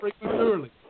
prematurely